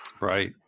Right